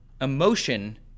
Emotion